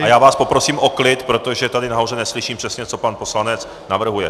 Já vás poprosím o klid, protože tady nahoře neslyším přesně, co pan poslanec navrhuje.